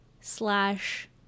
slash